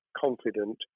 confident